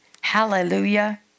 Hallelujah